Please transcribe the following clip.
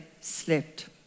slept